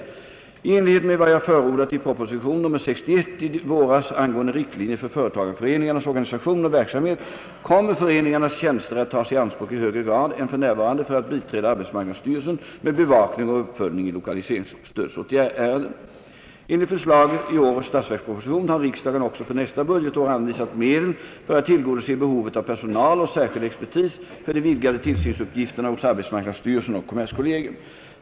I enlighet med vad jag förordat i propositionen nr 61 i våras angående riktlinjer för företagareföreningarnas organisation och verksamhet kommer föreningarnas tjänster att tas i anspråk i högre grad än f.n. för att biträda arbetsmarknadsstyrelsen med bevakning och uppföljning i lokaliseringsstödärenden. Enligt förslag i årets statsverksproposition har riksdagen också för nästa budgetår anvisat medel för att tillgodose behovet av personal och särskild expertis för de vidgade tillsynsuppgifterna hos arbetsmarknadsstyrelsen och kommerskollegium.